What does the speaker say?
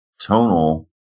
tonal